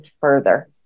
further